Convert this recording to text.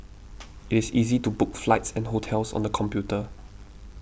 it is easy to book flights and hotels on the computer